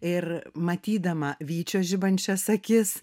ir matydama vyčio žibančias akis